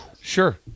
sure